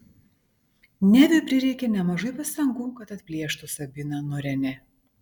neviui prireikė nemažai pastangų kad atplėštų sabiną nuo renė